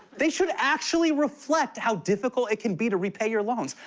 they should actually reflect how difficult it can be to repay your loans.